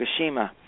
Fukushima